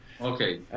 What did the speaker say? Okay